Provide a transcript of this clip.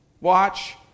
watch